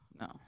No